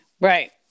right